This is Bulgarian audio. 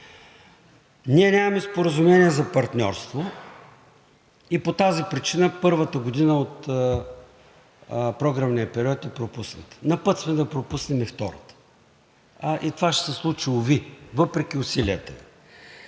Ние нямаме споразумение за партньорство и по тази причина първата година от програмния период е пропусната, на път сме да пропуснем и втората. Това ще се случи, уви, въпреки усилията.